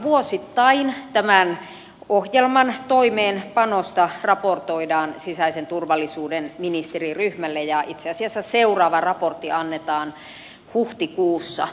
vuosittain tämän ohjelman toimeenpanosta raportoidaan sisäisen turvallisuuden ministeriryhmälle ja itse asiassa seuraava raportti annetaan huhtikuussa